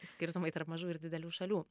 skirtumai tarp mažų ir didelių šalių